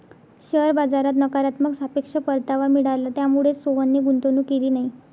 share बाजारात नकारात्मक सापेक्ष परतावा मिळाला, त्यामुळेच सोहनने गुंतवणूक केली नाही